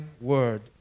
word